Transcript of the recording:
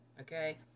okay